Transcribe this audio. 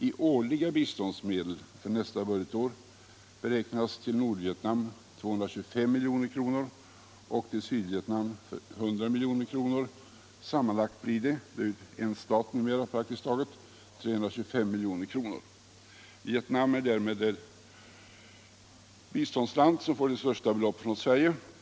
I årliga biståndsmedel för nästa budgetår beräknas till Nordvietnam 225 milj.kr. och till Sydvietnam 100 milj.kr. Sammanlagt blir det — det är en stat numera, praktiskt taget — 325 milj.kr. Vietnam är därmed det biståndsland som får det största beloppet från Sverige.